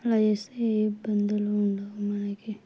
అలా చేస్తే ఏ ఇబ్బందులు ఉండవు మనకి